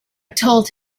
told